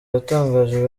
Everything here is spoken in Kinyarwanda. yatangaje